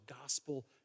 gospel